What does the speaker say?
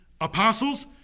Apostles